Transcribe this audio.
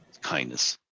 kindness